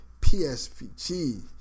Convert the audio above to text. PSVG